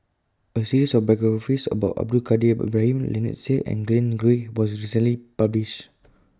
A series of biographies about Abdul Kadir Ibrahim Lynnette Seah and Glen Goei was recently published